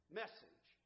message